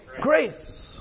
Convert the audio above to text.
Grace